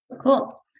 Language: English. Cool